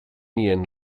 nien